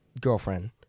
girlfriend